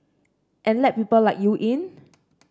and let people like you in